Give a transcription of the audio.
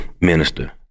minister